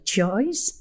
choice